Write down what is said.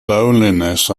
loneliness